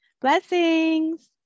blessings